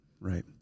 right